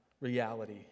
reality